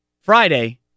Friday